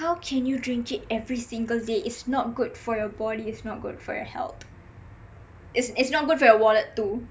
how can you drink it every single day it's not good for your body it's not good for your health